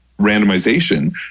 randomization